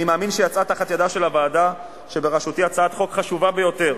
אני מאמין שיצאה מתחת ידה של הוועדה שבראשותי הצעת חוק חשובה ביותר,